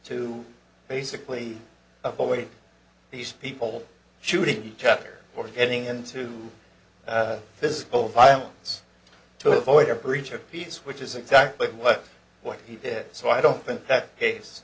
to basically avoided these people shooting each other or getting into physical violence to avoid a preacher peace which is exactly what what he did so i don't think that case